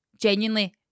Genuinely